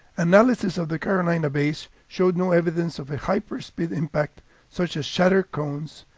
analysis of the carolina bays showed no evidence of a hyperspeed impact such as shatter cones,